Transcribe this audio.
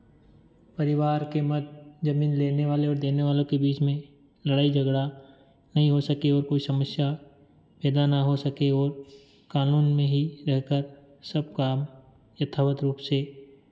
परिवार के मध्य ज़मीन लेने वाले और देने वालों के बीच में लड़ाई झगड़ा नहीं हो सके और कोई समस्या पैदा ना हो सके और कानून में ही रहकर सब काम यथावत रूप से